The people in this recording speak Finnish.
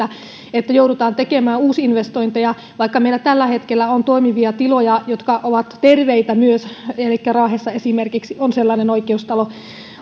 että joudutaan tekemään uusinvestointeja vaikka meillä tällä hetkellä on toimivia tiloja jotka ovat myös terveitä elikkä raahessa esimerkiksi on sellainen oikeustalo